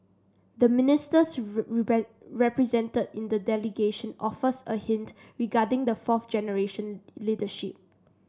the ministers represented in the delegation offers a hint regarding the fourth generation leadership